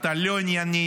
אתה לא ענייני,